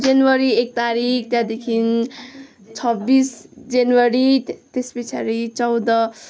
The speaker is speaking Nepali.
जनवरी एक तारिक त्यहाँदेखि छब्बिस जनवरी त्यस पछाडि चौध